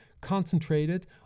concentrated